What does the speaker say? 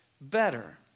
better